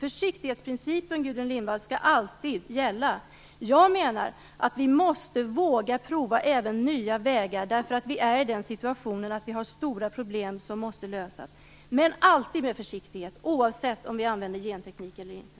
Försiktighetsprincipen, Gudrun Lindvall, skall alltid gälla! Jag menar att vi måste våga prova även nya vägar, eftersom vi är i en situation där vi har stora problem som måste lösas. Men vi måste alltid vara försiktiga - oavsett om vi använder genteknik eller inte.